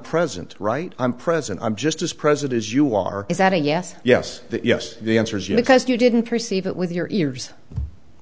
present right i'm present i'm just as present as you are is that a yes yes yes the answer is you because you didn't perceive it with your ears